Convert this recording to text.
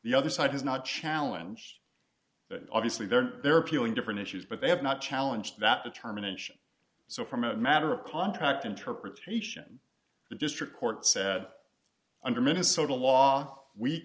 the other side has not challenge that obviously there they're appealing different issues but they have not challenge that determination so from a matter of contract interpretation the district court said under minnesota law we